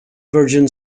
virgin